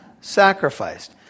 sacrificed